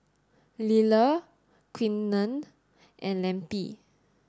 Liller Quinten and Lempi